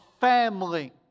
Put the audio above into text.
family